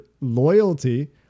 loyalty